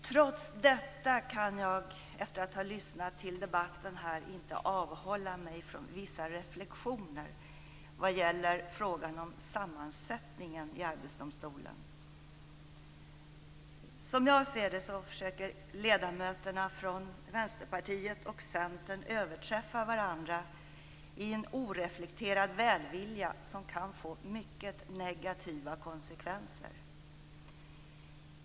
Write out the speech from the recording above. Trots detta kan jag, efter att ha lyssnat till debatten här, inte avhålla mig från att göra vissa reflexioner vad gäller frågan om Arbetsdomstolens sammansättning. Ledamöterna från Vänsterpartiet och Centern försöker överträffa varandra i en oreflekterad välvilja som kan få mycket negativa konsekvenser.